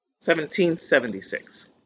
1776